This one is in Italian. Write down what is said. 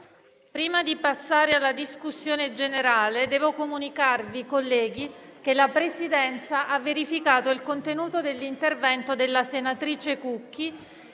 prima di dichiarare aperta la discussione generale, devo comunicarvi che la Presidenza ha verificato il contenuto dell'intervento della senatrice Cucchi